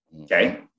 Okay